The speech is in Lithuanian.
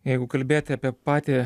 jeigu kalbėti apie patį